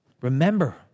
remember